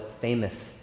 famous